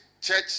church